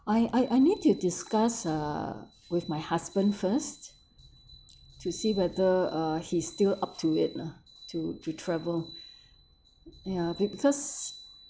I I I need to discuss uh it my husband first to see whether uh he still up to wait lah to to travel ya because